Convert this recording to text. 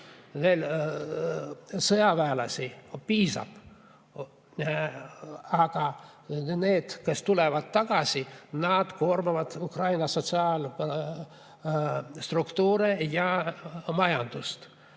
Sõjaväelasi veel piisab, aga need, kes tulevad tagasi, koormavad Ukrainas sotsiaalstruktuure ja majandust.